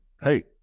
hey